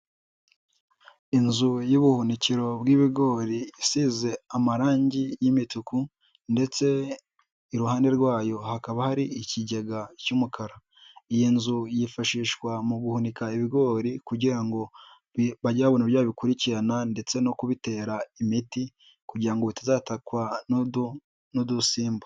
Inzu y'ubuhunikero bw'ibigori isize amarangi y'imituku ndetse iruhande rwayo hakaba hari ikigega cy'umukara, iyi nzu yifashishwa mu guhunika ibigori kugira ngo bajye babona ubuyro babikurikirana ndetse no kubitera imiti kugira ngo bitazatakwa n'udusimba.